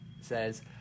says